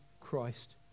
Christ